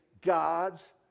God's